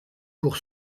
pour